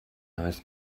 neues